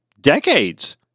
decades